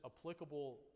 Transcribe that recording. applicable